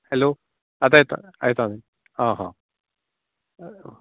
hello आतां येता येता हा हा